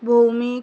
Bhowmik